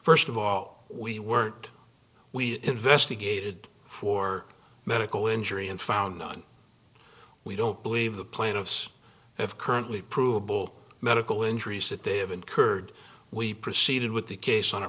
first of all we weren't we investigated for medical injury and found none we don't believe the plaintiffs have currently provable medical injuries that they have incurred we proceeded with the case on